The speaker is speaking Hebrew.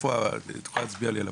את יכולה להצביע לי?